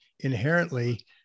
inherently